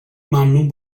ممنون